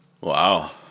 Wow